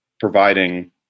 providing